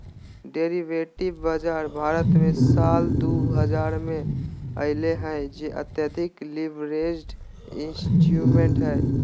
derivatives बाजार भारत मे साल दु हजार मे अइले हल जे अत्यधिक लीवरेज्ड इंस्ट्रूमेंट्स हइ